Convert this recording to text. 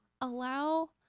allow